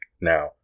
Now